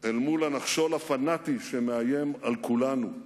אל מול הנחשול הפנאטי שמאיים על כולנו.